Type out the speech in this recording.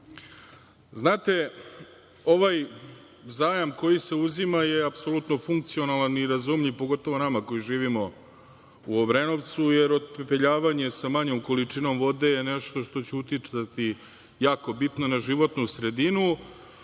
12.Znate, ovaj zajam koji se uzima je apsolutno funkcionalan i razumljiv pogotovo nama koji živimo u Obrenovcu, jer otpepeljavanje sa manjom količinom vode je nešto što će uticati jako bitno na životnu sredinu,